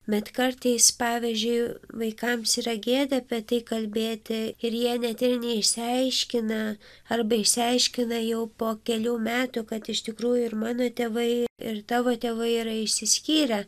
bet kartais pavyzdžiui vaikams yra gėda apie tai kalbėti ir jie net ir neišsiaiškina arba išsiaiškina jau po kelių metų kad iš tikrųjų ir mano tėvai ir tavo tėvai yra išsiskyrę